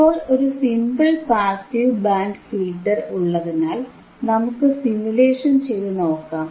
ഇപ്പോൾ ഒരു simple passive band filter ഉള്ളതിനാൽ നമുക്ക് സിമുലേഷൻ ചെയ്തുനോക്കാം